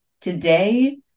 today